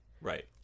Right